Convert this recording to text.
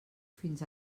fins